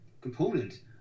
component